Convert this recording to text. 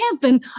heaven